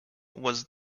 was